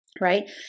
right